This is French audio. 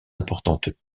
importantes